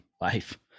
life